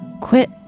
quit